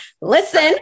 Listen